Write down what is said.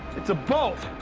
it's a bolt.